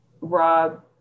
Rob